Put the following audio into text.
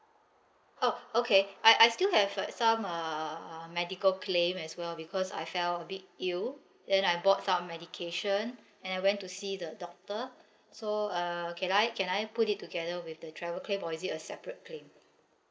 oh okay I I still have like some uh medical claim as well because I fell a bit ill then I bought some medication and I went to see the doctor so uh can I can I put it together with the travel claim or is it a separate claim